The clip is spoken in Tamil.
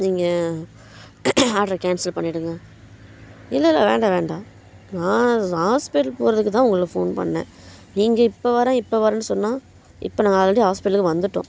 நீங்கள் ஆர்டர கேன்சல் பண்ணிடுங்க இல்லை இல்லை வேண்டாம் வேண்டாம் நான் ஹாஸ்பிட்டல் போகிறதுக்கு தான் உங்களை ஃபோன் பண்ணுணேன் நீங்கள் இப்போ வர இப்போ வரன்னு சொன்னால் இப்போ நாங்கள் ஆல்ரெடி ஹாஸ்பிட்டலுக்கு வந்துட்டோம்